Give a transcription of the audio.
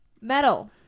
Metal